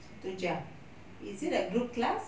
satu jam is it a group class